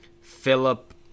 Philip